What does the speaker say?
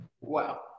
Wow